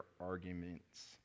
arguments